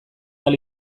ahal